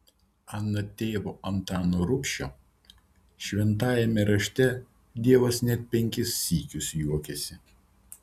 anot tėvo antano rubšio šventajame rašte dievas net penkis sykius juokiasi